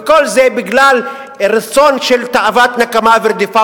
וכל זה בגלל רצון של תאוות נקמה ורדיפה